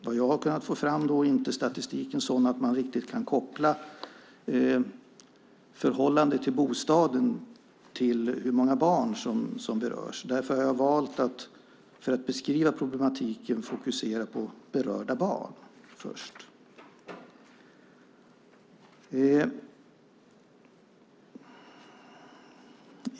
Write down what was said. Vad jag har kunnat få fram är inte statistiken sådan att man riktigt kan koppla förhållandet till bostaden till hur många barn som berörs. Därför har jag valt att för att beskriva problematiken fokusera på berörda barn först.